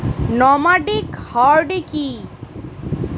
Nomadic hardy কি?